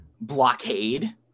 blockade